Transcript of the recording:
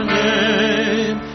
name